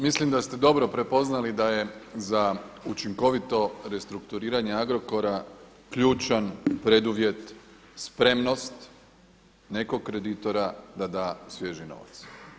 Mislim da ste dobro prepoznali da je za učinkovito restrukturiranje Agrokora ključan preduvjet spremnost nekog kreditora da da svježi novac.